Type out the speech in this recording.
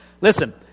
listen